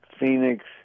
Phoenix